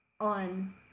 on